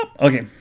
Okay